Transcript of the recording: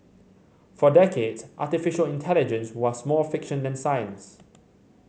for decades artificial intelligence was more fiction than science